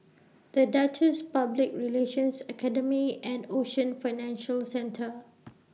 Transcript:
The Duchess Public Relations Academy and Ocean Financial Centre